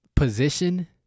position